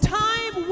time